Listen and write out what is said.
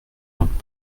langues